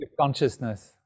consciousness